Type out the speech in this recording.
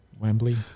Wembley